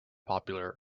popular